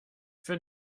für